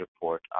report